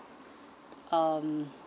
um